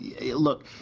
look